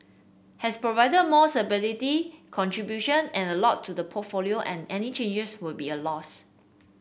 has provided more stability contribution and a lot to the portfolio and any changes would be a loss